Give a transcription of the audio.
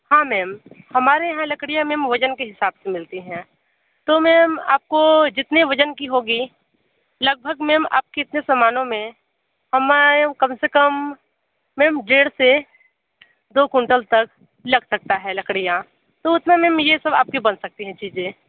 हाँ मैम हमारे यहाँ लड़कियाँ मैम वज़न के हिसाब से मिलती हैं तो मैम आप को जितने वज़न की होगी लगभग मैम आप की इतने सामानों में हमारे कम से कम मैम डेढ़ से दो कुंटल तक लग सकता है लकड़ियाँ तो उस में मैम ये सब आप की बन सकती हैं चीज़ें